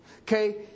Okay